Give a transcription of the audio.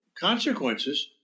consequences